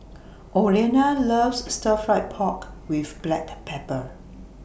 Olena loves Stir Fry Pork with Black Pepper